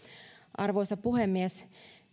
arvoisa puhemies